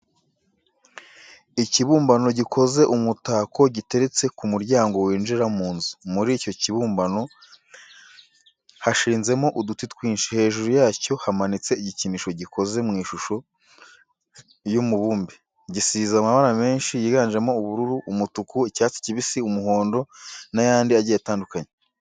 Ikibumbano gikoze umutako giteretse ku muryango winjira mu nzu, muri icyo kibumbano hashinzemo uduti twinshi, hejuru yacyo hamanitse igikinisho gikoze mu ishusho y'umubumbe. Gisize amabara menshi yiganjemo ubururu, umutuku, icyatsi kibisi, umuhondo n'ayandi agiye atandukanye.